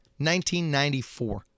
1994